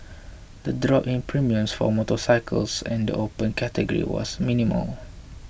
the drop in premiums for motorcycles and the Open Category was minimal